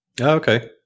Okay